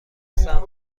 هستم